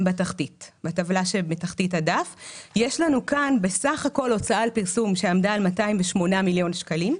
יש לנו כאן בסך הכול הוצאה על פרסום שעמדה על 208.5 מיליון שקלים.